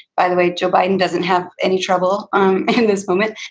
by the way, joe biden doesn't have any trouble um in this moment.